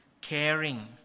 caring